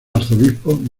arzobispo